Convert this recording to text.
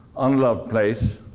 unloved place.